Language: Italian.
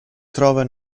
trova